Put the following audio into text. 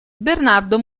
bernardo